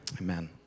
Amen